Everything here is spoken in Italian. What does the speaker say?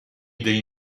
dei